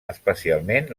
especialment